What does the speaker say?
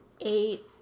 Eight